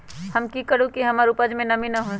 हम की करू की हमर उपज में नमी न होए?